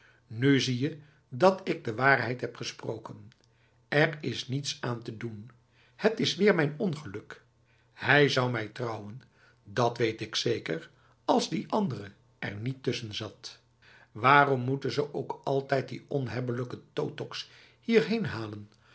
nu zie je dat ik de waarheid heb gesproken er is niets aan te doen het is weer mijn ongeluk hij zou mij trouwen dat weet ik zeker als die andere er niet tussen zat waarom moeten ze ook altijd die onhebbelijke totoks hierheen halen